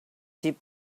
sheep